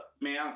man